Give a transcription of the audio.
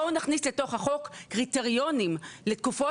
בואו נכניס לתוך החוק קריטריונים לתקופות,